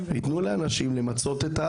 שיתנו לאנשים למצות.